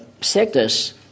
sectors